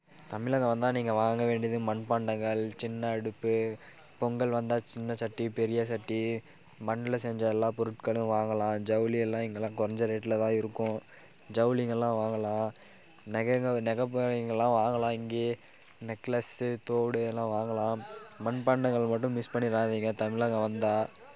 தமிழகம் வந்தால் நீங்கள் வாங்க வேண்டியது மண் பாண்டங்கள் சின்ன அடுப்பு பொங்கல் வந்தால் சின்னச் சட்டி பெரியச் சட்டி மண்ணில் செஞ்ச எல்லாப் பொருட்களும் வாங்கலாம் ஜவுளி எல்லாம் இங்கேல்லாம் கொறைஞ்ச ரேட்டில் தான் இருக்கும் ஜவுளிங்கல்லாம் வாங்கலாம் நகைகள் நகை மணிகள் எல்லாம் வாங்கலாம் இங்கே நெக்லஸு தோடு எல்லாம் வாங்கலாம் மண்பாண்டங்கள் மட்டும் மிஸ் பண்ணிடாதீங்க தமிழகம் வந்தா